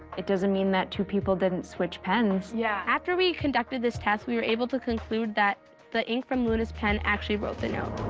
it doesn't mean that two people didn't switch pens. yeah. after we conducted this test, we were able to conclude that the ink from luna's pen actually wrote the note.